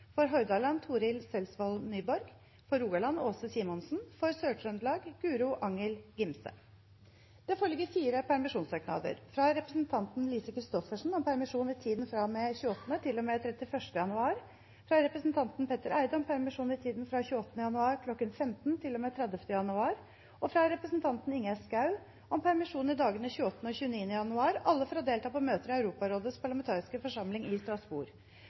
For Hordaland: Torill Selsvold Nyborg For Rogaland: Aase Simonsen For Sør-Trøndelag: Guro Angell Gimse Det foreligger fire permisjonssøknader: fra representanten Lise Christoffersen om permisjon i tiden fra og med 28. til og med 31. januar, fra representanten Petter Eide om permisjon i tiden fra 28. januar kl. 15 til og med 30. januar og fra representanten Ingjerd Schou om permisjon i dagene 28. og 29. januar – alle for å delta på møter i Europarådets parlamentariske forsamling i Strasbourg